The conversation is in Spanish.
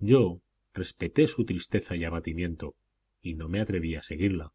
yo respeté su tristeza y abatimiento y no me atreví a seguirla